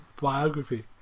biography